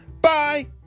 Bye